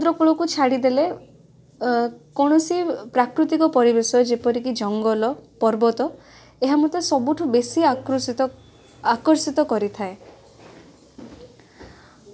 ଦର୍ଶାଉଛି ରାମାୟଣ ଶ୍ରୀରାମଙ୍କ ରାମ ଜନ୍ମ ଓ ସେ ତାଙ୍କର ଜୀବନଶୈଳୀ ଉପରେ ଆଧାରିତ